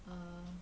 err